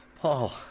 Paul